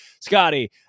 Scotty